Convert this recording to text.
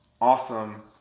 awesome